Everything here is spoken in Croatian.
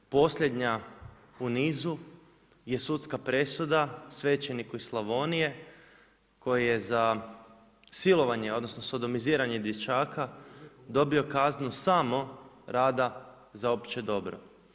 Posljednja u nizu je sudska presuda svećenika iz Slavonije koji je za silovanje, odnosno, sodomiziranje dječaka dobio kaznu samo rada za opće dobro.